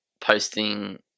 posting